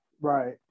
Right